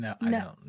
No